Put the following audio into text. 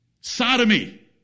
Sodomy